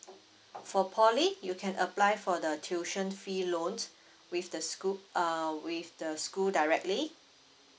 for poly you can apply for the tuition fee loans with the school err with the school directly